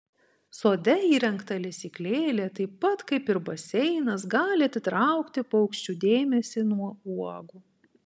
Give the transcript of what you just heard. sode įrengta lesyklėlė taip pat kaip ir baseinas gali atitraukti paukščių dėmesį nuo uogų